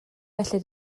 felly